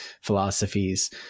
philosophies